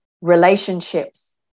relationships